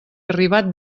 arribat